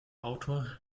autor